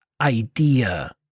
idea